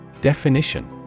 Definition